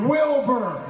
Wilbur